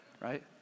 right